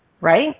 right